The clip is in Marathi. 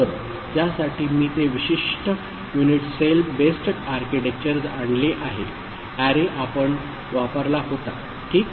तर ज्यासाठी मी ते विशिष्ट युनिट सेल बेस्ड आर्किटेक्चर आणले आहे एरे आपण वापरला होता ठीक